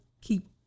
keep